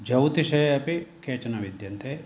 ज्यौतिषे अपि केचन विद्यन्ते